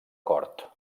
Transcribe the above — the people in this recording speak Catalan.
cort